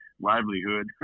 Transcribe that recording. livelihood